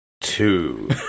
Two